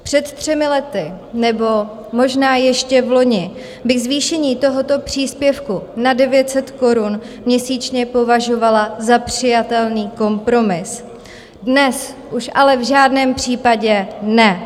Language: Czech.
Před třemi lety nebo možná ještě vloni bych zvýšení tohoto příspěvku na 900 korun měsíčně považovala za přijatelný kompromis, dnes už ale v žádném případě ne.